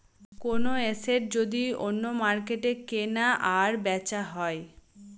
কোনো এসেট যদি অন্য মার্কেটে কেনা আর বেচা হয়